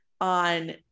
on